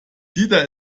dieter